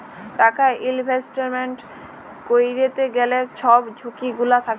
টাকা ইলভেস্টমেল্ট ক্যইরতে গ্যালে ছব ঝুঁকি গুলা থ্যাকে